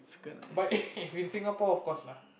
but if in Singapore of course lah